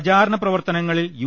പ്രചാരണ പ്രവർത്തനങ്ങളിൽ യു